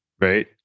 right